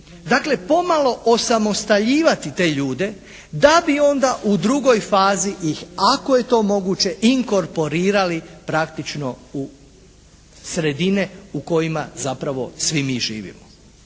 dakle pomalo osamostaljivati te ljude da bi onda u drugoj fazi ih ako je to moguće inkorporirali praktično u sredine u kojima zapravo svi mi živimo.